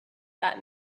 that